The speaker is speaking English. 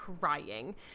crying